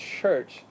church